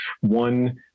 One